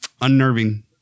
unnerving